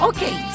Okay